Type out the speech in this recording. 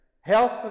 health